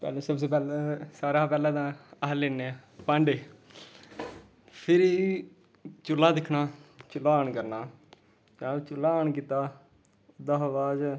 पैह्ले सबसे पैह्ले ते सारें शा पैह्लें तां अस लैन्ने आं भांडे फिरी चुल्हा दिक्खना चुल्हा आन करना चुल्हा आन कीता ओह्दे शा बाद च